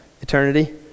eternity